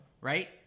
right